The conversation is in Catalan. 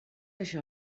això